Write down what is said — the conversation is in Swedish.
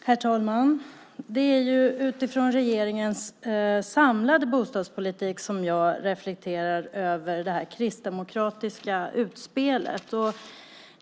Herr talman! Det är utifrån regeringens samlade bostadspolitik som jag reflekterar över det kristdemokratiska utspelet.